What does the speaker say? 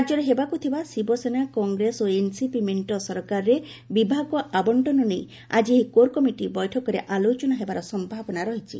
ରାଜ୍ୟରେ ହେବାକ୍ ଥିବା ଶିବସେନା କଂଗ୍ରେସ ଓ ଏନସିପି ମେଣ୍ଟ ସରକାରରେ ବିଭାଗ ଆବଣ୍ଟନ ନେଇ ଆଜି ଏହି କୋର୍ କମିଟି ବୈଠକରେ ଆଲୋଚନା ହେବାର ସମ୍ଭାବନା ରହିଛି